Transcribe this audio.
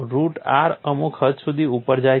root r અમુક હદ સુધી ઉપર જાય છે